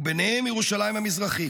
וביניהם ירושלים המזרחית.